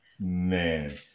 Man